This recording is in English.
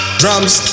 drums